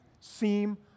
seem